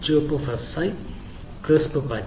ചുവപ്പ് fuzzy crisp പച്ച